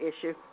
issue